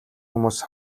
хүмүүс